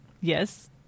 Yes